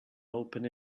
open